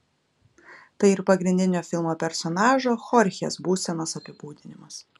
tai ir pagrindinio filmo personažo chorchės būsenos apibūdinimas